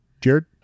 jared